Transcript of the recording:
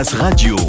Radio